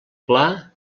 pla